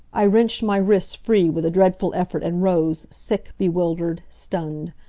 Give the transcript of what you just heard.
i wrenched my wrists free with a dreadful effort and rose, sick, bewildered, stunned.